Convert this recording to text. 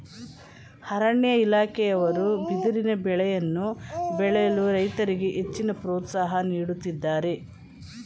ಅರಣ್ಯ ಇಲಾಖೆಯವರು ಬಿದಿರಿನ ಬೆಳೆಯನ್ನು ಬೆಳೆಯಲು ರೈತರಿಗೆ ಹೆಚ್ಚಿನ ಪ್ರೋತ್ಸಾಹ ನೀಡುತ್ತಿದ್ದಾರೆ